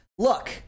Look